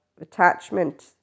attachment